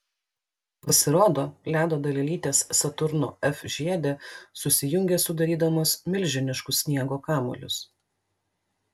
pasirodo ledo dalelytės saturno f žiede susijungia sudarydamos milžiniškus sniego kamuolius